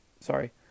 sorry